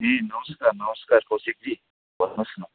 ए नमस्कार नमस्कार कौशिक जी भन्नुहोस् न